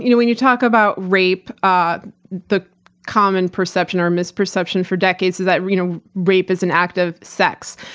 you know when you talk about rape, ah the common perception, or misperception, for decades, is that you know rape is an act of sex.